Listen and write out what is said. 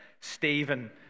Stephen